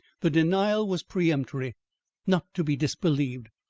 the denial was peremptory not to be disbelieved.